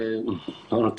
אני אמרתי,